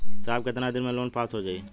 साहब कितना दिन में लोन पास हो जाई?